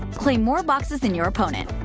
claim more boxes than your opponent!